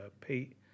Pete